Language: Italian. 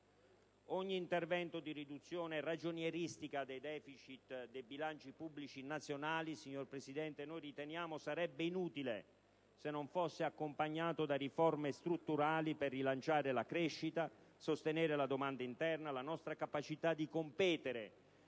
Ogni intervento di riduzione ragionieristica dei *deficit* dei bilanci pubblici nazionali, signor Presidente, noi riteniamo sarebbe inutile se non fosse accompagnato da riforme strutturali per rilanciare la crescita, sostenere la domanda interna, la nostra capacità di competere